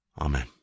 Amen